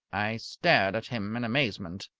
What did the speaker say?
i stared at him in amazement,